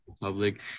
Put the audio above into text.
Public